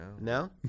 No